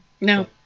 No